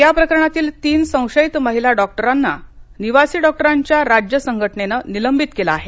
या प्रकरणातील तीन संशयित महिला डॉक्टरना निवासी डॉक्टरांच्या राज्य संघटनेनं निलंबित केलं आहे